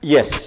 Yes